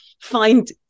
find